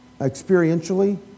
experientially